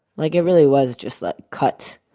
like it really was just like cut.